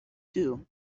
too